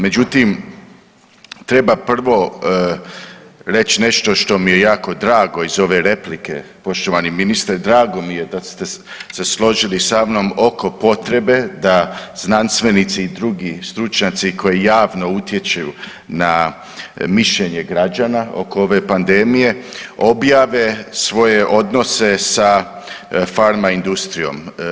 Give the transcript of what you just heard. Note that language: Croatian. Međutim, treba prvo reći nešto što mi je jako drago iz ove replike, poštovani ministre drago mi je da ste se složili sa mnom oko potrebe da znanstvenici i drugi stručnjaci koji javno utječu na mišljenje građana oko ove pandemije objave svoje odnose sa pharma industrijom.